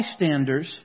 bystanders